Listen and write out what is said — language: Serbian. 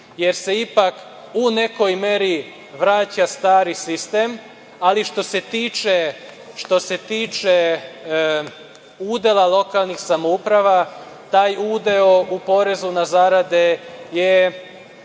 jer se ipak u nekoj meri vraća stari sistem. Ali, što se tiče udela lokalnih samouprava, taj udeo u porezu na zarade je